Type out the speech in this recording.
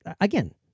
again